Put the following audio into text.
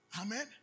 Amen